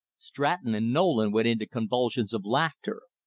stratton and nolan went into convulsions of laughter.